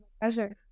pleasure